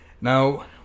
Now